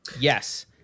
yes